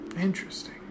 Interesting